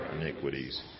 iniquities